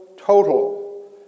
total